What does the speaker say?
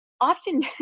often